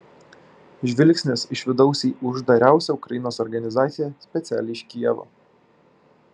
žvilgsnis iš vidaus į uždariausią ukrainos organizaciją specialiai iš kijevo